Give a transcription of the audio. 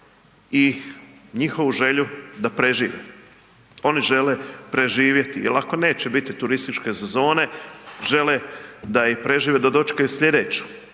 i njihovu želju da prežive. Oni žele preživjeti jel ako neće biti turističke sezone, žele da je prežive da dočekaju slijedeću.